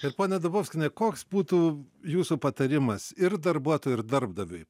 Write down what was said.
ir pone dubovskiene koks būtų jūsų patarimas ir darbuotojui ir darbdaviui